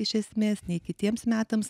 iš esmės nei kitiems metams